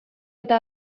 eta